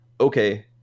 okay